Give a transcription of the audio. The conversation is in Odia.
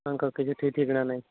ତାଙ୍କର କିଛି ଠିକ୍ ଠିକଣା ନାଇଁ